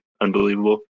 unbelievable